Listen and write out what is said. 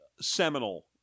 seminal